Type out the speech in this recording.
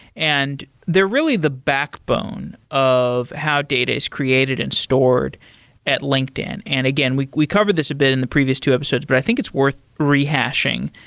and they're really the backbone of how data is created and stored at linkedin. and again, we we covered this a bit in the previous two episodes, but i think it's worth rehashing.